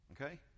Okay